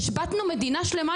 השבתנו מדינה שלמה,